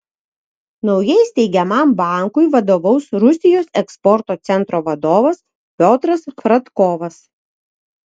naujai steigiamam bankui vadovaus rusijos eksporto centro vadovas piotras fradkovas